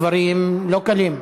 כי לפעמים אתה אומר דברים לא קלים.